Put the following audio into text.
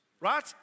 right